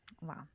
Wow